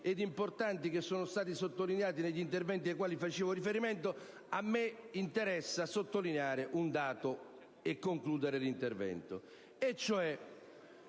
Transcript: ed importanti che sono stati sottolineati negli interventi ai quali facevo riferimento. Mi interessa sottolineare un dato, concludendo il mio intervento.